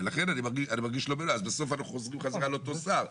אז בסוף אנחנו חוזרים חזרה לאותו שר.